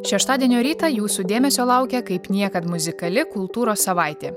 šeštadienio rytą jūsų dėmesio laukia kaip niekad muzikali kultūros savaitė